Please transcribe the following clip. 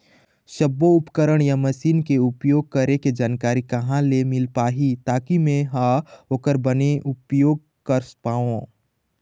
सब्बो उपकरण या मशीन के उपयोग करें के जानकारी कहा ले मील पाही ताकि मे हा ओकर बने उपयोग कर पाओ?